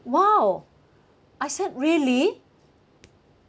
!wow! I said really